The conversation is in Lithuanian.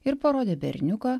ir parodė berniuką